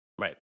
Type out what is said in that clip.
Right